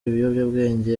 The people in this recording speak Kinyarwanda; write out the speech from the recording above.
ibiyobyabwenge